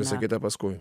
visa kita paskui